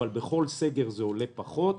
אבל בכל סגר זה עולה פחות.